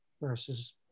versus